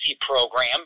program